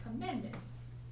commandments